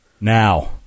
Now